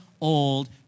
old